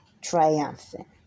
triumphant